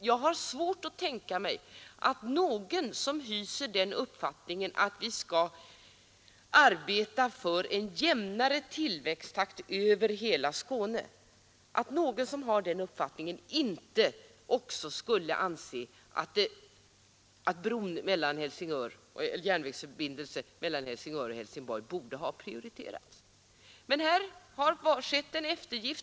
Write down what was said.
Jag har svårt att tänka mig att någon som hyser den uppfattningen att vi skall arbeta för en jämnare tillväxttakt över hela Skåne inte också skulle anse att järnvägsförbindelsen mellan Helsingborg och Helsingör borde prioriteras. Men här har skett en eftergift.